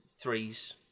Threes